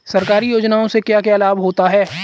सरकारी योजनाओं से क्या क्या लाभ होता है?